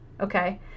Okay